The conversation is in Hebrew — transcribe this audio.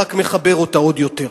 רק מחבר אותה עוד יותר.